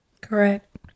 Correct